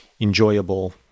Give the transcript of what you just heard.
enjoyable